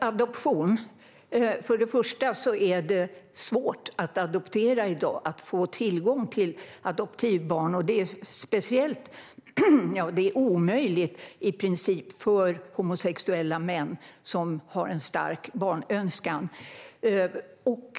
Herr talman! Ledamoten nämner adoption. För det första är det i dag svårt att få tillgång till adoptivbarn. För homosexuella män som har en stark barnönskan är det i princip omöjligt.